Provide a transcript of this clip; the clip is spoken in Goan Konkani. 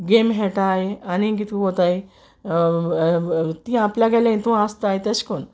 गॅम हेटाय आनी कीत कोताय ती आपल्यागेले इतून आसताय तेश कोन्न